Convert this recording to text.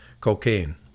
cocaine